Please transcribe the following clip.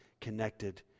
connected